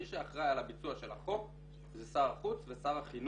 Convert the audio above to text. מי שאחראי על הביצוע של החוק זה שר החוץ ושר החינוך.